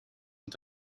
and